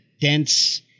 dense